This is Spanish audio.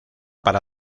para